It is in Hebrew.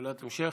שאלת המשך?